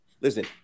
listen